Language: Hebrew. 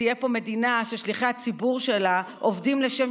תהיה פה מדינה ששליחי הציבור שלה עובדים לשם